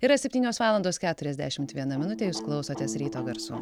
yra septynios valandos keturiasdešimt viena minutė jūs klausotės ryto garsų